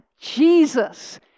Jesus